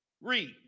Read